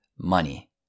money